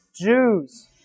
Jews